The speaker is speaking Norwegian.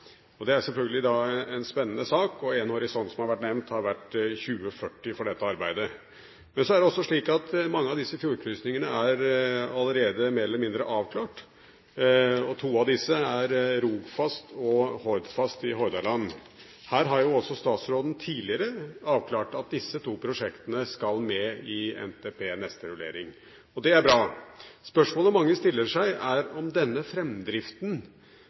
Det er selvfølgelig en spennende sak, og en horisont som har vært nevnt for dette arbeidet, har vært 2040. Men så er det også slik at mange av disse fjordkrysningene allerede er mer eller mindre avklart. To av dem er Rogfast i Rogaland og Hordfast i Hordaland. Her har statsråden tidligere ha avklart at disse to prosjektene skal med i NTPs neste rullering. Det er bra. Spørsmålet mange stiller seg, er om denne fremdriften